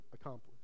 accomplished